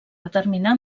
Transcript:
determinar